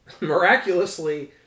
miraculously